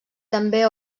també